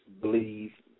believe